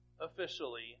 officially